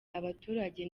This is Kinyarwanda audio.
abaturage